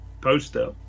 poster